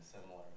similar